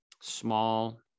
small